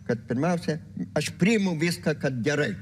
kad pirmiausia aš priimu viską kad gerai